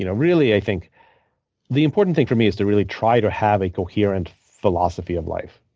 you know really, i think the important thing for me is to really try to have a coherent philosophy of life.